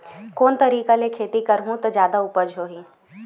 कोन तरीका ले खेती करहु त जादा उपज होही?